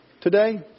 today